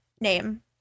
name